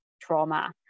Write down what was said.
trauma